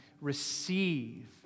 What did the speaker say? receive